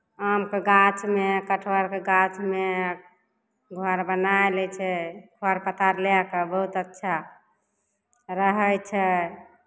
आमके गाछमे कटहरके गाछमे घर बनाए लैत छै खढ़ पत्ता अर लए कऽ बहुत अच्छा रहै छै